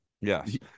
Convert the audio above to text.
yes